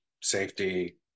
safety